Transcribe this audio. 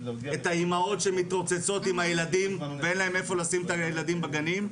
את האימהות שמתרוצצות עם הילדים ואין להן איפה לשים את הילדים בגנים,